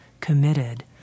committed